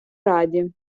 раді